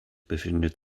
befindet